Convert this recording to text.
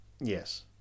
Yes